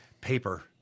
paper